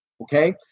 Okay